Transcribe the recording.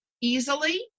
easily